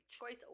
Choice